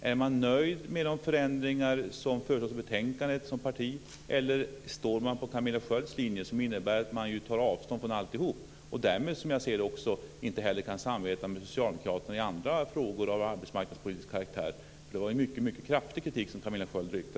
Är man nöjd med de förändringar som föreslås i betänkandet, eller står man på Camilla Skölds linje som innebär att man tar avstånd från alltihop och därmed, som jag ser det, inte heller kan samarbeta med socialdemokraterna i andra frågor av arbetsmarknadspolitisk karaktär? Det var ju en mycket kraftig kritik som Camilla